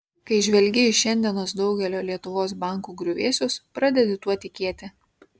kai žvelgi į šiandienos daugelio lietuvos bankų griuvėsius pradedi tuo tikėti